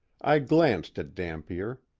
i glanced at dampier.